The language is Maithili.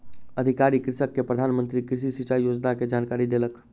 अधिकारी कृषक के प्रधान मंत्री कृषि सिचाई योजना के जानकारी देलक